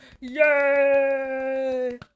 Yay